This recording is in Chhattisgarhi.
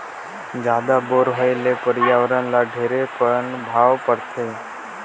जादा बोर होए ले परियावरण ल ढेरे पनभाव परथे